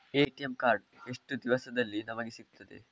ATM card ಎಷ್ಟು ದಿವಸದಲ್ಲಿ ನಮಗೆ ಸಿಗುತ್ತದೆ?